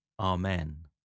Amen